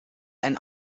einen